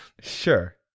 Sure